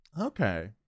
Okay